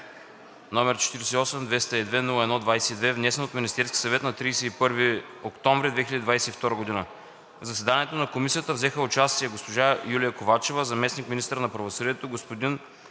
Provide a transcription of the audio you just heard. № 48-202-01-22, внесен от Министерски съвет на 31 октомври 2022 г. В заседанието на комисията взеха участие: - госпожа Юлия Ковачева – заместник-министър на правосъдието, господин